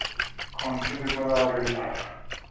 کٕن چھُ دیُتمُت آلریڈی